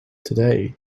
today